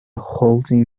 holding